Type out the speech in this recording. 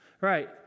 Right